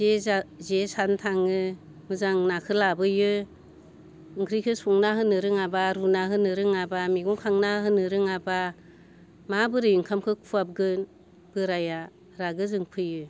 जे जान जे सारनो थाङो मोजां नाखौ लाबोयो ओख्रिखौ संना होनो रोङाबा रुना होनो रोङाबा मैगं खांना होनो रोङाबा माबोरै ओंखामखौ खुहाबगोन बोराया रागो जोंफैयो